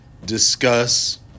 Discuss